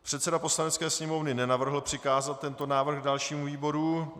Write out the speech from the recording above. Předseda Poslanecké sněmovny nenavrhl přikázat tento návrh dalšímu výboru.